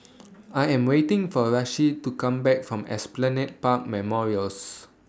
I Am waiting For Rasheed to Come Back from Esplanade Park Memorials